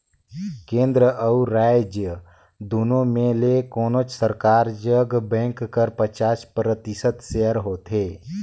केन्द्र अउ राएज दुनो में ले कोनोच सरकार जग बेंक कर पचास परतिसत सेयर होथे